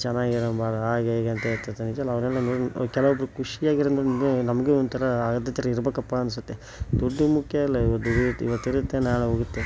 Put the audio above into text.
ಚೆನ್ನಾಗಿರೋಣ ಬಾರೋ ಹಾಗೆ ಹೀಗೆ ಅಂತ ಹೇಳ್ತಿರ್ತಾರೆ ನಿಜ್ವಾಗಲೂ ಅವರೆಲ್ಲ ಕೆಲವೊಬ್ಬರು ಖುಷಿಯಾಗಿರೋದು ನೋಡಿದ್ನಂದ್ರೆ ನಮಗೂ ಒಂಥರ ಅದೇ ಥರ ಇರಬೇಕಪ್ಪಾ ಅನ್ಸುತ್ತೆ ದುಡ್ಡು ಮುಖ್ಯ ಅಲ್ಲ ಇವತ್ತಿರುತ್ತೆ ನಾಳೆ ಹೋಗುತ್ತೆ